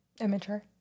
Immature